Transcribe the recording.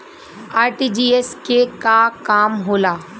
RTGS के का काम होला?